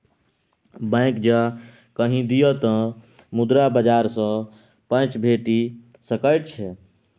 bank जँ कहि दिअ तँ मुद्रा बाजार सँ पैंच भेटि सकैत छै